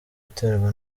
iterwa